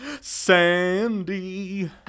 Sandy